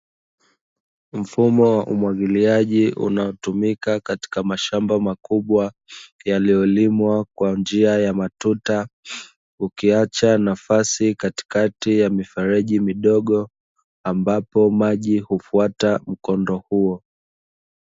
Mfumo wa umwagiliaji unaotumika katika mashamba makubwa, yaliyolimwa kwa njia ya matuta. Ukiacha nafasi katikati ya mifereji midogo ambapo maji hufuata mkondo huo.